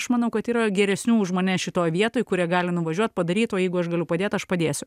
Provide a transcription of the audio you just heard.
aš manau kad yra geresnių už mane šitoj vietoj kurie gali nuvažiuot padaryt o jeigu aš galiu padėt aš padėsiu